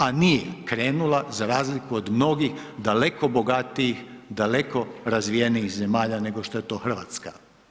A nije krenula za razliku od mnogih daleko bogatijih, daleko razvijenih zemalja nego što je to RH.